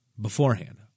beforehand